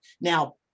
Now